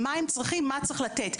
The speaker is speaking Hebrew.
מה הם צריכים ומה צריך לתת.